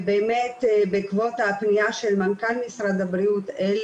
ובאמת בעקבות הפנייה של מנכ"ל משרד הבריאות אל